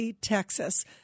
Texas